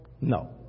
No